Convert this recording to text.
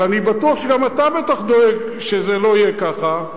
אבל אני בטוח שגם אתה דואג שזה לא יהיה ככה.